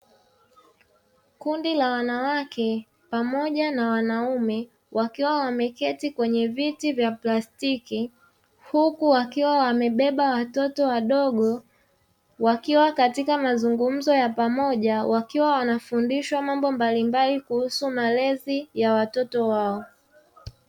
Kundi la wanawake pamoja na wanaume wakiwa wameketi kwenye viti vya plastiki huku wakiwa wamebeba watoto wadogo wakiwa katika mazungumzo ya pamoja wakiwa wanafundishwa mambo mbalimbali kuhusu malezi ya watoto wao.